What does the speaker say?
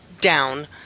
down